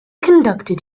conducted